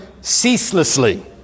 ceaselessly